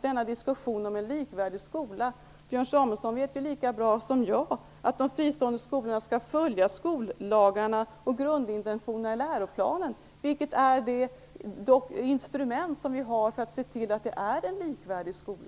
till diskussionen om en likvärdig skola. Björn Samuelson vet lika väl som jag att de fristående skolorna skall följa skollagarna och grundintentionerna i läroplanen. Det är de instrument vi har för att se till att vi får en likvärdig skola.